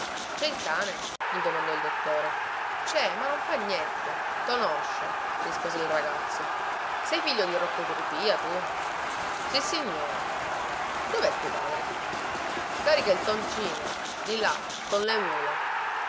cè il cane gli domandò il dottore cè ma non fa niente conosce rispose il ragazzo sei figlio di rocco trupìa tu sissignore dovè tuo padre scarica il concime di là con le mule